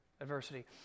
adversity